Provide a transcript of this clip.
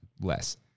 less